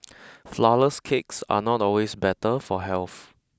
flourless cakes are not always better for health